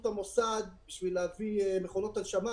את המוסד בשביל להביא מכונות הנשמה.